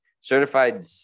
certified